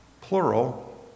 plural